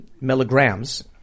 milligrams